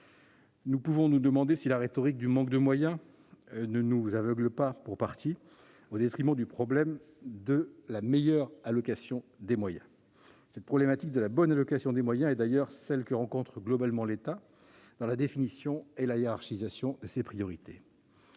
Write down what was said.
Nous pouvons nous demander si la rhétorique du manque de moyens ne nous aveugle pas en partie, au détriment du problème de leur meilleure allocation. Ce problème de la bonne allocation des moyens est d'ailleurs celui que rencontre globalement l'État dans la définition et la hiérarchisation de ses priorités.